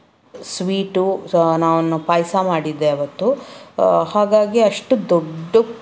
sweet so ನಾನು ಪಾಯಸ ಮಾಡಿದ್ದೆ ಆವತ್ತು ಹಾಗಾಗಿ ಅಷ್ಟು ದೊಡ್ಡ